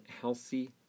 healthy